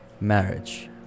marriage